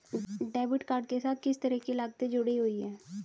Debit card के साथ किस तरह की लागतें जुड़ी हुई हैं?